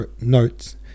notes